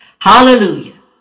Hallelujah